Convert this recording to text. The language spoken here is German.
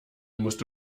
musst